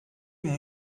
mon